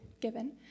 given